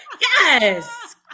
Yes